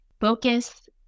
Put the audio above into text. focus